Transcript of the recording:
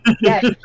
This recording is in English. Yes